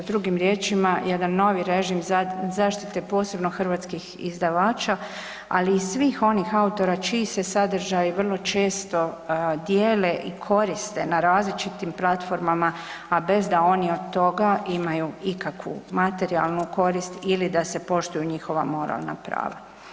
Drugim riječima, jedan novi režim zaštite posebno hrvatskih izdavača, ali i svih onih autora čiji se sadržaji vrlo često dijele i koriste na različitim platformama, a bez da oni od toga imaju ikakvu materijalnu korist ili da se poštuju njihova moralna prava.